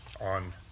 on